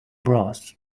brass